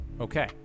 okay